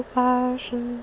passion